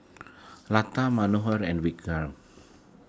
Lata Manohar and Vikram